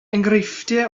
enghreifftiau